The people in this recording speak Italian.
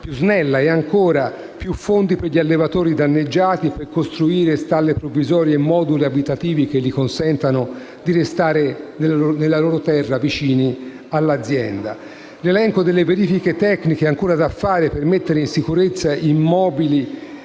più snella; e, ancora, più fondi per gli allevatori danneggiati per costruire stalle provvisorie e moduli abitativi che gli consentano di restare nella loro terra e vicini all'azienda. L'elenco delle verifiche tecniche ancora da fare per mettere in sicurezza immobili